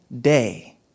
day